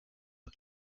and